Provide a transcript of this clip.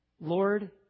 Lord